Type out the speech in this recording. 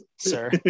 sir